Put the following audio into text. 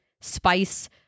spice